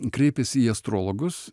kreipėsi į astrologus